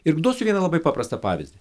ir duosiu vieną labai paprastą pavyzdį